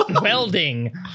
welding